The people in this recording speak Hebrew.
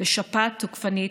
בשפעת תוקפנית,